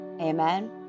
Amen